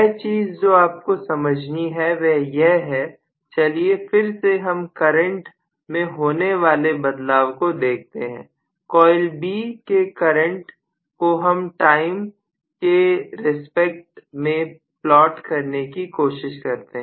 वह चीज जो आपको समझनी है वह यह है चलिए फिर से हम करंट में होने वाले बदलाव को देखते हैं कॉइल B के करंट को हम टाइम के रिस्पेक्ट में प्लॉट करने की कोशिश करते हैं